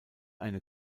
eine